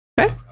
Okay